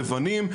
לבנים,